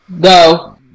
Go